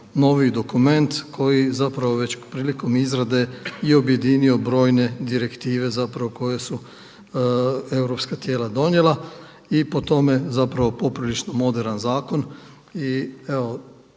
noviji dokument koji zapravo već prilikom izrade i objedinio brojne direktive zapravo koje su europska tijela donijela i po tome zapravo poprilično moderan zakon. I evo,